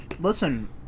Listen